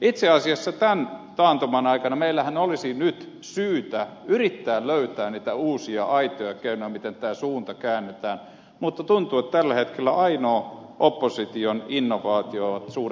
itse asiassa tämän taantuman aikana meillähän olisi nyt syytä yrittää löytää niitä uusia aitoja keinoja miten tämä suunta käännetään mutta tuntuu että tällä hetkellä ainoa opposition innovaatio ovat suuret veronkorotukset